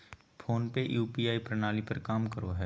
phone पे UPI प्रणाली पर काम करो हय